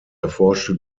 erforschte